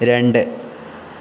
രണ്ട്